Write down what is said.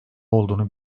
olduğunu